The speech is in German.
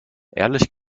ehrlich